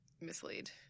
mislead